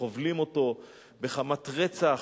חובלים אותו בחמת רצח,